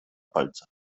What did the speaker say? palcach